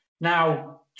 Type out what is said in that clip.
now